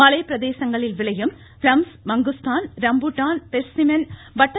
மலை பிரதேசங்களில் விளையும் plums mangosteen rambutan persimmon butter